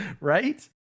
Right